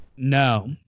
no